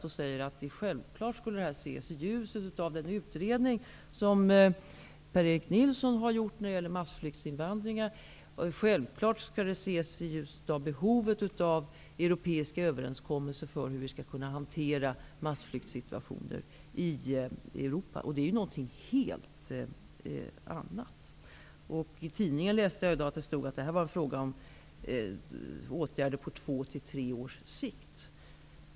Hon säger att detta självfallet skulle ses i ljuset av den utredning som Per-Erik Nilsson har gjort när det gäller massflyktsinvandringar och av behovet av europeiska överenskommelser för hur massflyktssituationer skall kunna hanteras i Europa. Det är ju någonting helt annat. I dagens tidning läste jag att det var fråga om åtgärder på två tre års sikt.